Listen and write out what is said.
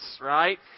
right